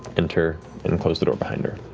enter and close the door behind her.